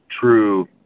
true